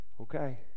Okay